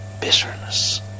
bitterness